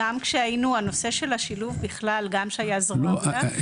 הנושא של השילוב בכלל, אבל גם בחינוך.